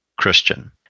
Christian